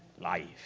life